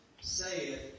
saith